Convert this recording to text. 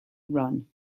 run